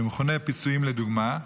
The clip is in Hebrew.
שמכונים "פיצויים לדוגמה",